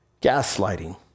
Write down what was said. Gaslighting